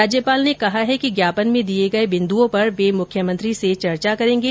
राज्यपाल ने कहा है कि ज्ञापन में दिये गये बिन्दुओं पर वे मुख्यमंत्री से चर्चा करेंगे